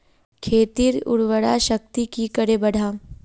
खेतीर उर्वरा शक्ति की करे बढ़ाम?